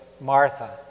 Martha